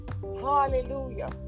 hallelujah